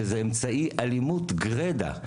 שזה אמצעי אלימות גרידא,